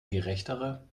gerechtere